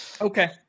Okay